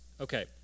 Okay